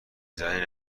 زنی